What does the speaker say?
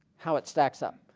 how it stacks up.